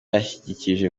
yashyikirije